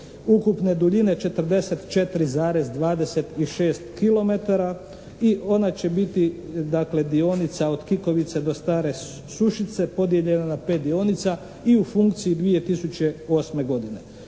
ukupne duljine 44,26 kilometara i ona će biti dionica od Kikovice do Stare Sušice podijeljena na 5 dionica i u funkciji 2008. godine.